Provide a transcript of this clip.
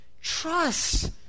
trust